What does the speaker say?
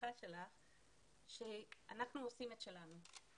היא שאנחנו עושים את שלנו.